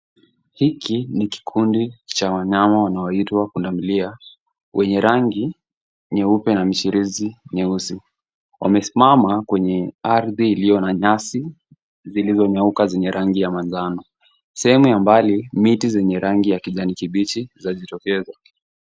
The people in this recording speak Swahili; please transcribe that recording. Hiki ni kikundi cha wanyama wanaoitwa pundamilia wenye rangi nyeupe na michirizi nyeusi. Wamesimama kwenye ardhi iliona nyasi zilizonyauka zenye rangi ya manjano. Sehemu ya mbali miti zenye rangi ya kijani kibichi zajitokeza.